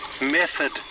method